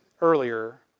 earlier